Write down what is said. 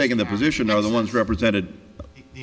taking the position are the ones represented